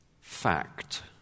fact